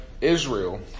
Israel